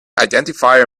identifier